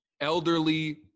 elderly